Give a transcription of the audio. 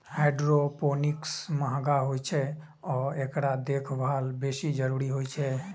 hydroponics महंग होइ छै आ एकरा देखभालक बेसी जरूरत होइ छै